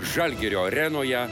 žalgirio arenoje